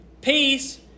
peace